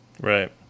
Right